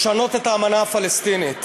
לשנות את האמנה הפלסטינית.